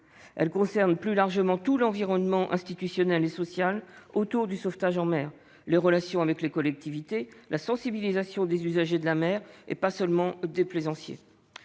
Elles concernent plus largement tout l'environnement institutionnel et social autour du sauvetage en mer : les relations avec les collectivités, la sensibilisation des usagers de la mer, et pas seulement des plaisanciers.